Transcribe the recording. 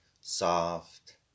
soft